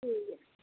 ठीक ऐ